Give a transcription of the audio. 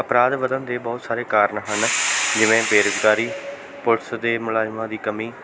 ਅਪਰਾਧ ਵੱਧਣ ਦੇ ਬਹੁਤ ਸਾਰੇ ਕਾਰਣ ਹਨ ਜਿਵੇਂ ਬੇਰੁਜ਼ਗਾਰੀ ਪੁਲਿਸ ਦੇ ਮੁਲਾਜ਼ਮਾਂ ਦੀ ਕਮੀ